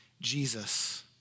Jesus